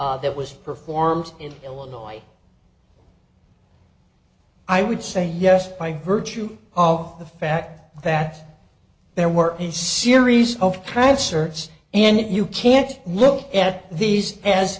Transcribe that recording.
that was performed in illinois i would say yes by virtue of the fact that there were a series of crimes certs and you can't look at these as